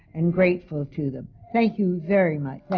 and grateful to them. thank you very much.